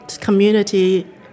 community